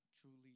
truly